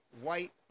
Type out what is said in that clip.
white